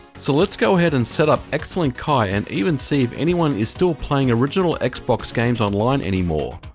so, let's go ahead and set up xlink kai, and even see if anyone is still playing original xbox games online anymore.